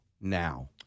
now